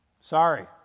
Sorry